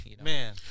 man